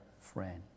friend